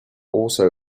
also